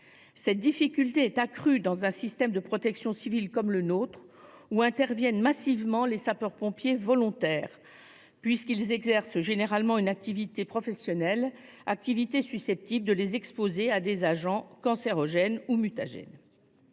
Cette difficulté est accrue dans un système de protection civile comme le nôtre, où interviennent massivement les sapeurs pompiers volontaires, dans la mesure où ces derniers exercent par ailleurs une activité professionnelle susceptible de les exposer à des agents cancérogènes ou mutagènes.